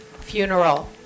funeral